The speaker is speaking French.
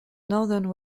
northern